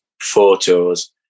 photos